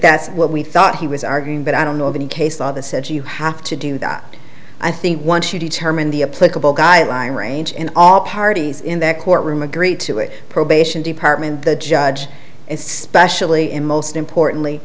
that's what we thought he was arguing but i don't know of any case law that says you have to do that i think once you determine the a political guy lying range and all parties in that courtroom agree to it probation department the judge is specially in most importantly